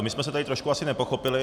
My jsme se tedy trošku asi nepochopili.